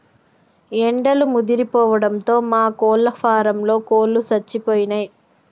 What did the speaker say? ఎండలు ముదిరిపోవడంతో మా కోళ్ళ ఫారంలో కోళ్ళు సచ్చిపోయినయ్